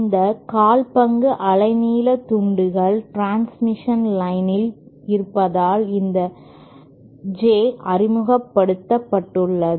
இந்த கால் பங்கு அலைநீள துண்டுகள் டிரன்ஸ்மிஷன் லைன் இல் இருப்பதால் இந்த J அறிமுகப்படுத்தப்பட்டுள்ளது